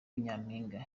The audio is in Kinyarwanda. nyampinga